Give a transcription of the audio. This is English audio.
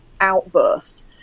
outburst